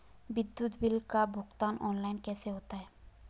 विद्युत बिल का भुगतान ऑनलाइन कैसे होता है?